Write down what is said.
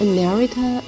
America